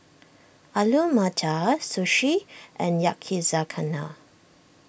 Alu Matar Sushi and Yakizakana